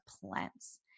plants